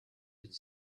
could